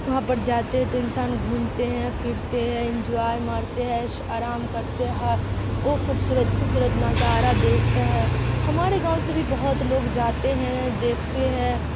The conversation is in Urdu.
وہاں پر جاتے ہے تو انسان گھومتے ہیں پھرتے ہیں انجوائے مارتے ہیں عیش آرام کرتے ہے اور خوبصورت خوبصورت نظارہ دیکھتے ہیں ہمارے گاؤں سے بھی بہت لوگ جاتے ہیں دیکھتے ہیں